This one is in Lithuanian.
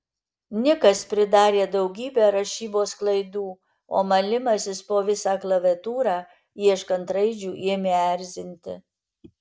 nikas pridarė daugybę rašybos klaidų o malimasis po visą klaviatūrą ieškant raidžių ėmė erzinti